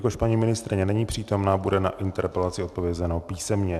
Jelikož paní ministryně není přítomna, bude na interpelaci odpovězeno písemně.